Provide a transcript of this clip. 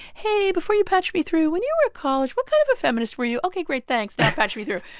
hey, before you patch me through, when you were at college, what kind of a feminist were you? ok, great, thanks, now patch me through.